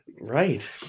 Right